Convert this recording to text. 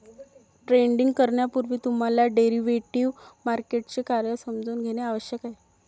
trading करण्यापूर्वी तुम्हाला derivative मार्केटचे कार्य समजून घेणे आवश्यक आहे